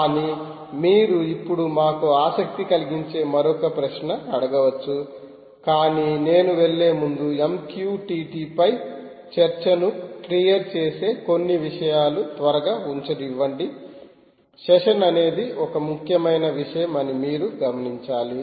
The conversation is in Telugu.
కానీ మీరు ఇప్పుడు మాకు ఆసక్తి కలిగించే మరొక ప్రశ్న అడగవచ్చు కాని నేను వెళ్ళే ముందు MQTT పై చర్చను క్లియర్ చేసే కొన్ని విషయాలు త్వరగా ఉంచనివ్వండి సెషన్ అనేది ఒక ముఖ్యమైన విషయం అని మీరు గమనించాలి